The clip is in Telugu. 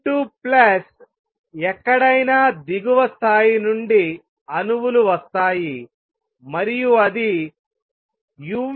N2 ప్లస్ ఎక్కడైనా దిగువ స్థాయి నుండి అణువులు వస్తాయి మరియు అది uTN1B12